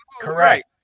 Correct